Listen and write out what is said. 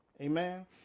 amen